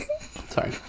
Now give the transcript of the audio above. Sorry